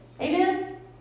Amen